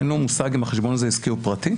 אין לו מושג אם החשבון עסקי פרטי?